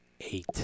eight